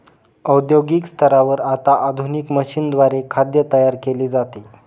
औद्योगिक स्तरावर आता आधुनिक मशीनद्वारे खाद्य तयार केले जाते